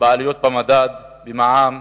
בעליות במדד ובמע"מ